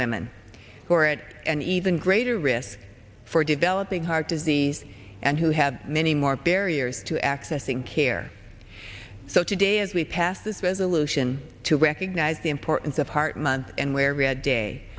women who are at an even greater risk for developing heart disease and who have many more barriers to accessing care so today as we pass this resolution to recognize the importance of heart month and wear red day